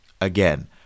Again